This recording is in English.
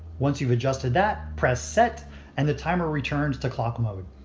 once you've adjusted that press set and the timer returns to clock mode.